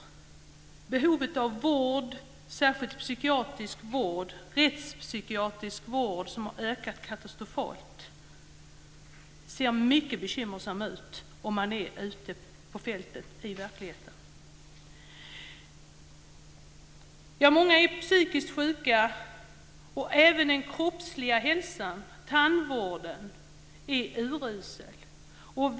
Det finns stora behov av vård, särskilt psykiatrisk vård och rättspsykiatrisk vård, som har ökat katastrofalt. Det ser mycket bekymmersamt ut om man är ute på fältet i verkligheten. Många är psykiskt sjuka, och även den kroppsliga hälsan och tandvården är urusel.